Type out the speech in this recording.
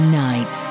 night